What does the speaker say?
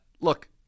look